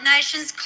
Nations